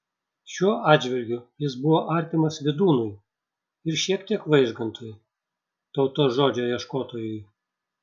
šiuo atžvilgiu jis buvo artimas vydūnui ir šiek tiek vaižgantui tautos žodžio ieškotojui